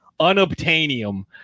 Unobtainium